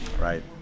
Right